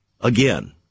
again